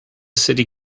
city